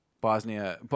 Bosnia